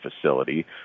facility